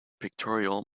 pictorial